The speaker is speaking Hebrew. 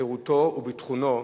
חירותו וביטחונו